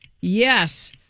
Yes